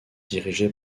dirigé